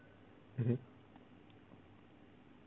mmhmm